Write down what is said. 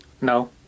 No